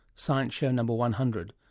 science show no. one hundred.